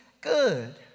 good